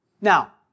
Now